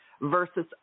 versus